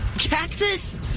cactus